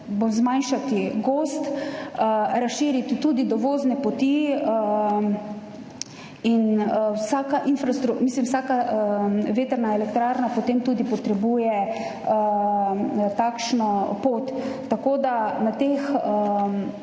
zmanjšati gozd, razširiti tudi dovozne poti in vsaka vetrna elektrarna potem tudi potrebuje takšno pot. Tako da je